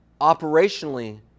operationally